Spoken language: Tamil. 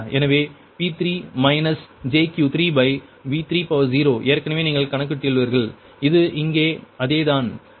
எனவே P3 jQ3 ஏற்கனவே நீங்கள் கணக்கிட்டுள்ளீர்கள் இது இங்கே அதேதான் சரியா